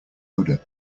odor